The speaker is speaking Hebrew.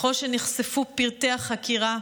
ככל שנחשפו פרטי החקירה,